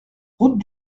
route